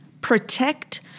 Protect